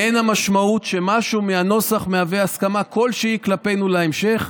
אין המשמעות שמשהו מהנוסח מהווה הסכמה כלשהי כלפינו להמשך,